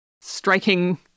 striking